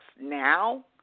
now